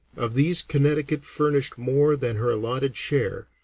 of these connecticut furnished more than her allotted share,